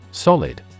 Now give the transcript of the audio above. Solid